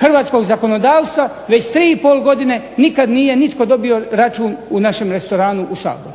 hrvatskog zakonodavstva već 3,5 godine nikad nije nitko dobio račun u našem restoranu u Saboru.